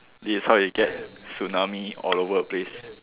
this is how you get tsunami all over the place